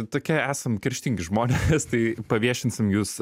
tokie esam kerštingi žmonės tai paviešinsim jus